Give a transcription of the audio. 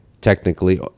Technically